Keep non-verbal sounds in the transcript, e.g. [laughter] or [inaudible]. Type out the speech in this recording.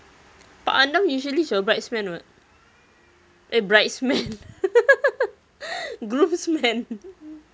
pak andam usually is your brides man [what] eh brides man [laughs] groomsman